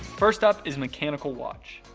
first up is mechanical watch.